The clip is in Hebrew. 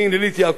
מטה-בנימין,